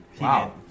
wow